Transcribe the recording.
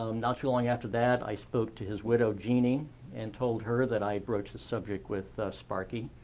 um not too long after that, i spoke to his widow, jeanie and told her that i had broached the subject with sparky,